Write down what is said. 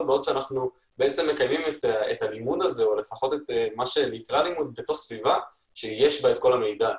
בעוד שאנחנו מקיימים את הלימוד הזה בתוך סביבה שיש בה את כל המידע.